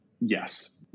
yes